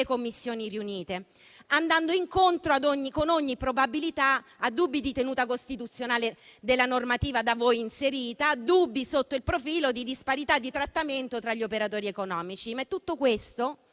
Commissioni riunite, andando incontro, con ogni probabilità, a dubbi di tenuta costituzionale della normativa da voi inserita e sotto il profilo della disparità di trattamento tra gli operatori economici. Tutto questo